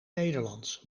nederlands